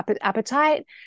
Appetite